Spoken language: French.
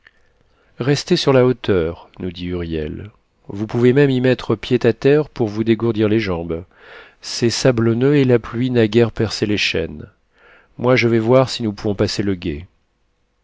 restez sur la hauteur nous dit huriel vous pouvez même y mettre pied à terre pour vous dégourdir les jambes c'est sablonneux et la pluie n'a guère percé les chênes moi je vas voir si nous pouvons passer le gué